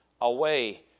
away